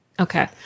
okay